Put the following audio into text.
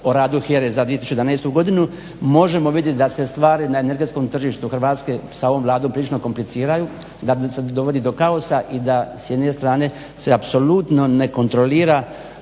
o radu HERA-e za 2011. godinu možemo vidjet da se stvari na energetskom tržištu Hrvatske sa ovom Vladom prilično kompliciraju, da se dovodi do kaosa i da s jedne strane se apsolutno ne kontrolira